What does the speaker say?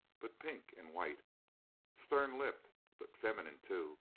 but pink and white stern lipped, but feminine, too.